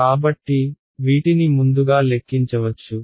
కాబట్టి వీటిని ముందుగా లెక్కించవచ్చు